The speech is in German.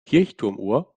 kirchturmuhr